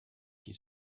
qui